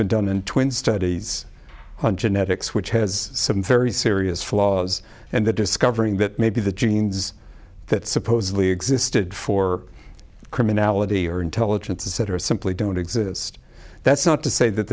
been done in twin studies on genetics which has some very serious flaws and the discovering that maybe the genes that supposedly existed for criminality or intelligence etc simply don't exist that's not to say that